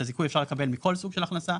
את הזיכוי אפשר לקבל מכל סוג של הכנסה,